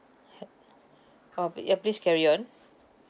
h~ how big ya please carry on